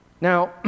Now